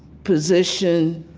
position,